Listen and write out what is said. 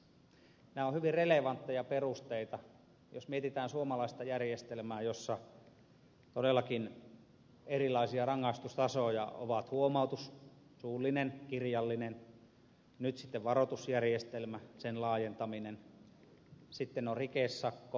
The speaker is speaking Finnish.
nämä ovat hyvin relevantteja perusteita jos mietitään suomalaista järjestelmää jossa todellakin erilaisia rangaistustasoja ovat huomautus suullinen kirjallinen nyt sitten varoitusjärjestelmä sen laajentaminen sitten on rikesakko päiväsakkomenettelyt